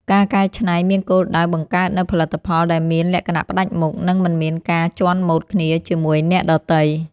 ការកែច្នៃមានគោលដៅបង្កើតនូវផលិតផលដែលមានលក្ខណៈផ្តាច់មុខ និងមិនមានការជាន់ម៉ូដគ្នាជាមួយអ្នកដទៃ។